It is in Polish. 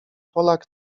polak